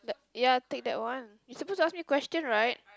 ya take that one you supposed to ask me question right